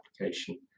application